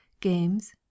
games